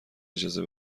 اجازه